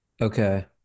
Okay